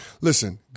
Listen